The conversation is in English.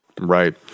Right